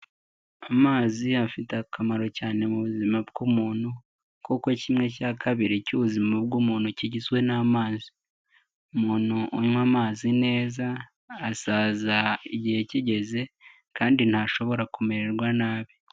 Amazi afite akamaro cyane mu buzima bw'umuntu, kuko kimwe cya kabiri cy'ubuzima bw'umuntu kigizwe n'amazi, umuntu unywa amazi neza asaza igihe kigeze kandi ntashobora kumererwa nabi.